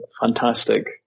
fantastic